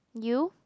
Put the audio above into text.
you